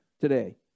today